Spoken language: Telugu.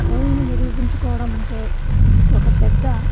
కళలు నిరూపించుకోవడం అంటే ఒక పెద్ద